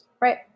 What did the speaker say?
right